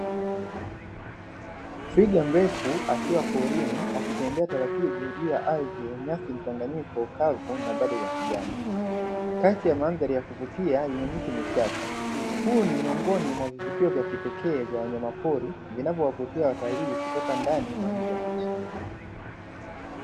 Twiga mrefu akiwa porini akitembea taratibu juu ya ardhi ya nyasi mchanganyiko, kavu na bado za kijani kati ya mandhari ya kuvutia yenye miti michache. Hii ni miongoni mwa vivutio vya kipekee vya wanyama pori vinavyowavutia watalii kutoka ndani na nje ya nchi.